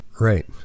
Right